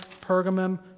Pergamum